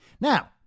Now